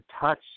touch